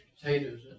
potatoes